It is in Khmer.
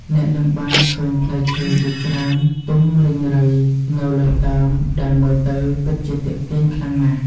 អ្នកនឹងបានឃើញផ្លែឈើជាច្រើនទុំរីងរៃនៅលើដើមដែលមើលទៅពិតជាទាក់ទាញខ្លាំងណាស់។